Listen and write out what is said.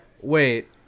Wait